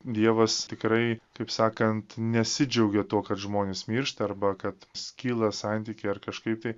dievas tikrai kaip sakant nesidžiaugia tuo kad žmonės miršta arba kad skyla santykiai ar kažkaip tai